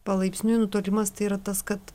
palaipsniui nutolimas tai yra tas kad